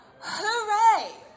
Hooray